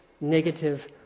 negative